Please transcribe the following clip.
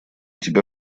тебя